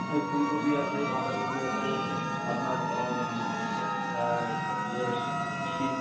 এই ফুলকপি আছে বাঁধাকপি আছে আপনার ইয়ে শী